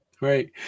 right